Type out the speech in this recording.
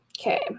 okay